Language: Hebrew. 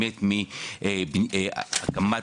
מהקמת